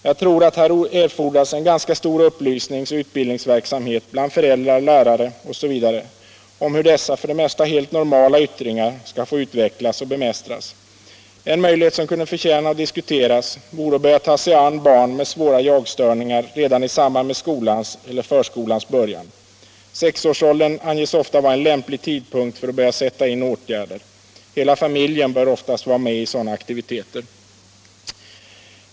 Jag tror att här erfordras en ganska stor upplysningsoch utbildningsverksamhet bland föräldrar, lärare osv. om hur dessa för det mesta helt normala yttringar skall få utvecklas och bemästras. En möjlighet som kunde förtjäna att diskuteras vore att börja ta sig an barn med svåra jagstörningar redan i samband med skolans eller förskolans början. Sexårsåldern anges ofta vara en lämplig tidpunkt för att börja sätta in åtgärder. Hela familjen bör oftast vara med i sådana aktiviteter.